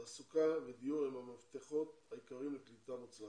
תעסוקה ודיור הם המפתחות העיקריים לקליטה מוצלחת.